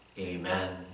Amen